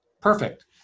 perfect